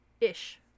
ish